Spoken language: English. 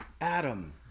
Adam